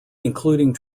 including